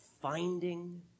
Finding